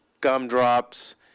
gumdrops